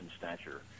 stature